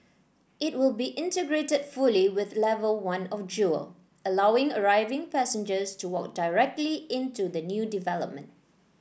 it will be integrated fully with level one of Jewel allowing arriving passengers to walk directly into the new development